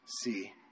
see